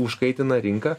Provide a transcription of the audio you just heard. užkaitina rinką